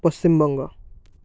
Paschim Banga